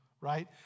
right